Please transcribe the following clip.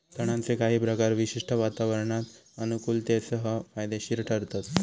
तणांचे काही प्रकार विशिष्ट वातावरणात अनुकुलतेसह फायदेशिर ठरतत